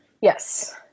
Yes